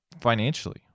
financially